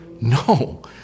No